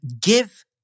give